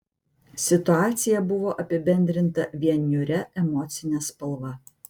situacija buvo apibendrinta vien niūria emocine spalva